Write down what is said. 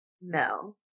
No